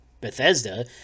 Bethesda